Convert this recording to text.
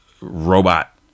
robot